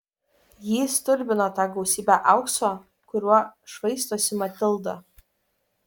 jį stulbino ta gausybė aukso kuriuo švaistosi matilda